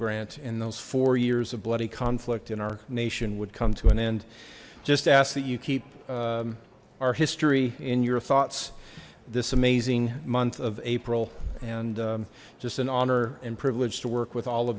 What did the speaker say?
grant in those four years of bloody conflict in our nation would come to an end just ask that you keep our history in your thoughts this amazing month of april and just an honor and privilege to work with all